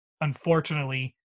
Unfortunately